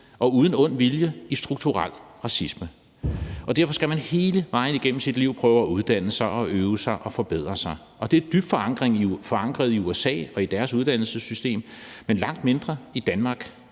og uden ond vilje i strukturel racisme. Derfor skal man hele vejen igennem sit liv prøve at uddanne sig og øve sig og forbedre sig. Det er dybt forankret i USA og i deres uddannelsessystem, men langt mindre i Danmark,